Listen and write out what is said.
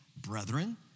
brethren